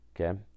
okay